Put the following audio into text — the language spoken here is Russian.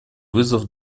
вызов